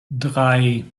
drei